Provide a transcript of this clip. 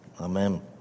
amen